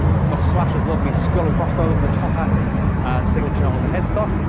it's got slash's lovely skull and crossbones and the top hat signature on the headstock.